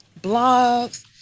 Blogs